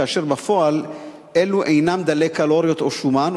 כאשר בפועל הם אינם דלי קלוריות או שומן,